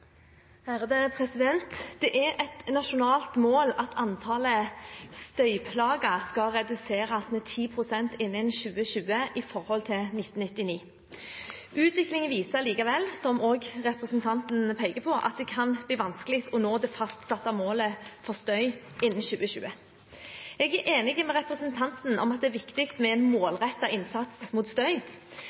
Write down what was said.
Det er et nasjonalt mål at antallet støyplagede skal reduseres med 10 pst. innen 2020 i forhold til 1999. Utviklingen viser allikevel, som også representanten peker på, at det kan bli vanskelig å nå det fastsatte målet for støy innen 2020. Jeg er enig med representanten i at det er viktig med en målrettet innsats mot støy.